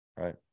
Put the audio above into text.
right